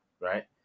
right